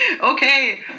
Okay